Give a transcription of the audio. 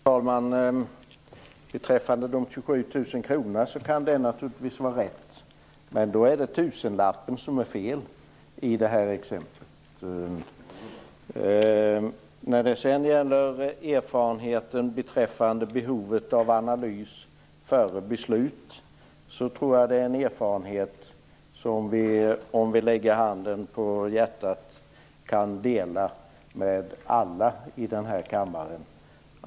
Herr talman! Beträffande de 27 000 kronorna vill jag säga att det naturligtvis kan vara rätt, men då är det tusenlappen som är fel i detta exempel. När det sedan gäller erfarenheter beträffande behovet av analys före beslut tror jag att det är erfarenheter som vi, om vi lägger handen på hjärtat, kan dela med alla i denna kammare.